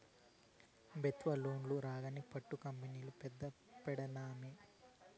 పెబుత్వ లోను రాంగానే పట్టు కంపెనీ పెద్ద పెడ్తానమ్మీ